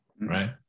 right